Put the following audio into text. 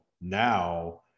now